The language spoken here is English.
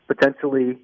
potentially